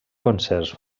concerts